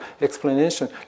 explanation